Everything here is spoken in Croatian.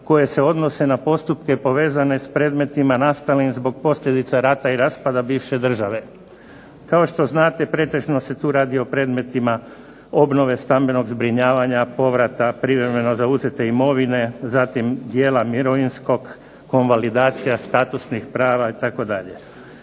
koje se odnose na postupke povezane s predmetima nastalim zbog posljedica rata i raspada bivše države. Kao što znate, pretežno se tu radi o predmetima obnove stambenog zbrinjavanja povrata privremeno zauzete imovine, zatim dijela mirovinskog, konvalidacija statusnih prava itd.